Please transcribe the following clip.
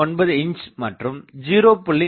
9 inch மற்றும் 0